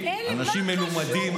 אנשים מלומדים,